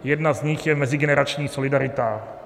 Jedna z nich je mezigenerační solidarita.